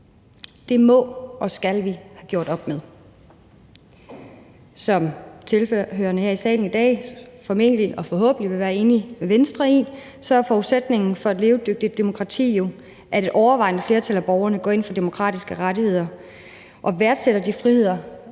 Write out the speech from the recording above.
Det må og skal vi have gjort op med. Som tilhørerne her i salen i dag formentlig og forhåbentlig vil være enige med Venstre i, så er forudsætningen for et levedygtigt demokrati jo, at et overvejende flertal af borgerne går ind for demokratiske rettigheder og værdsætter de friheder